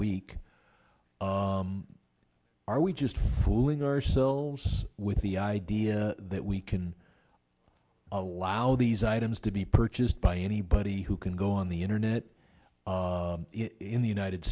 week are we just fooling ourselves with the idea that we can allow these items to be purchased by anybody who can go on the internet in the united